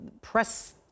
press